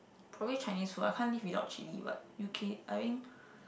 probably Chinese food I can't live without chilli but U_K I think